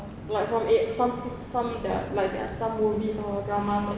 like from like some the like there are some movies or dramas like